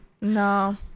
no